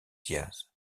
diaz